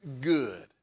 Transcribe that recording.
good